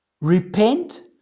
repent